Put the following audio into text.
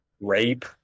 rape